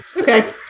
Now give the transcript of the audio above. Okay